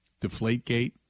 Deflategate